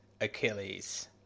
Achilles